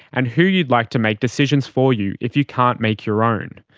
and who you'd like to make decisions for you if you can't make your own.